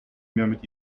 mit